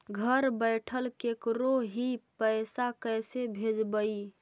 घर बैठल केकरो ही पैसा कैसे भेजबइ?